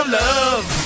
love